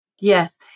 Yes